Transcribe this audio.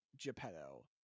Geppetto